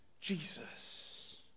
Jesus